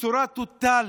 בצורה טוטאלית.